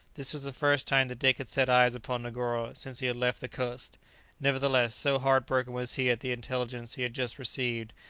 this was the first time that dick had set eyes upon negoro since he had left the coast nevertheless, so heartbroken was he at the intelligence he had just received,